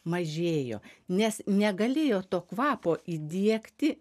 mažėjo nes negalėjo to kvapo įdiegti